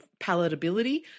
palatability